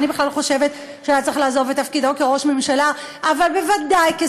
אני בכלל חושבת שהוא היה צריך לעזוב את תפקידו כראש ממשלה,